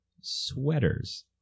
sweaters